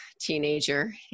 teenager